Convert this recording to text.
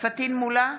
פטין מולא,